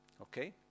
okay